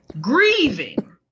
grieving